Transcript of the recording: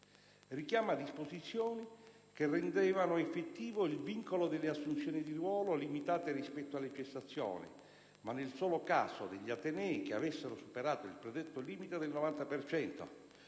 richiama disposizioni che rendevano effettivo il vincolo delle assunzioni di ruolo limitate rispetto alle cessazioni, ma nel solo caso degli atenei che avessero superato il predetto limite del 90